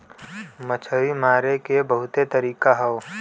मछरी मारे के बहुते तरीका हौ